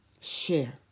share